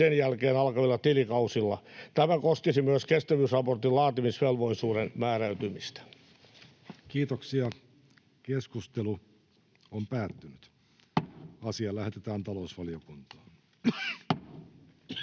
sen jälkeen alkavilla tilikausilla. Tämä koskisi myös kestävyysraportin laatimisvelvollisuuden määräytymistä. Lähetekeskustelua varten esitellään päiväjärjestyksen